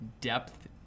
depth